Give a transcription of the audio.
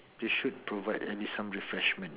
they should provide at least some refreshments